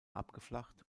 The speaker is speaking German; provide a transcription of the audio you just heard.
abgeflacht